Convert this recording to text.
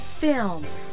film